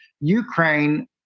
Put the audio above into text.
Ukraine